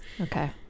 okay